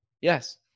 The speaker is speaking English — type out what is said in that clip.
Yes